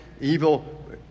evil